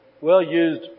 well-used